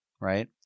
right